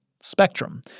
spectrum